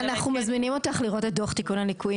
אנחנו מזמינים אותך לראות את דוח תיקון הליקויים.